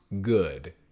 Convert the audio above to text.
good